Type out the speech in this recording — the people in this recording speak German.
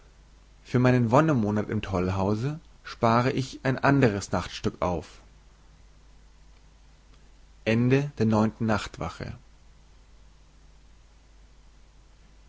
für meinen wonnemonat im tollhause spare ich ein anderes nachtstück auf zehnte nachtwache